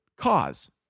cause